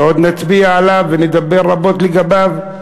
שעוד נצביע עליו ונדבר רבות לגביו,